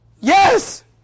Yes